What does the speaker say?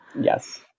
Yes